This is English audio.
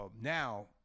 now